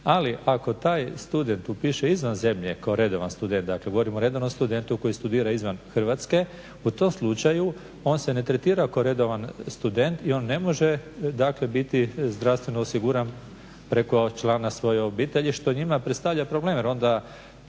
ali ako taj student upiše izvan zemlje kao redovan student dakle govorim o redovnom studentu koji studira izvan Hrvatske u tom slučaju on se ne tretira kao radovan student i on ne može biti zdravstveno osiguran preko člana svoje obitelji što njima predstavlja problem jer onda